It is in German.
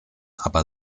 aber